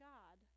God